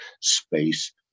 space